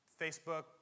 Facebook